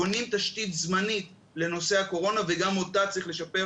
בונים תשתית זמנית לנושא הקורונה וגם אותה צריך לשפר,